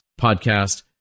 podcast